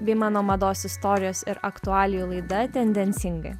bei mano mados istorijos ir aktualijų laida tendencingai